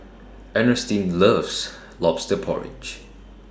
Ernestine loves Lobster Porridge